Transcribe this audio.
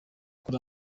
kuri